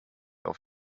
auf